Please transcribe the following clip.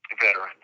veteran